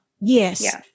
Yes